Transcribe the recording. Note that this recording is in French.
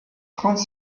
trente